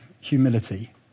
humility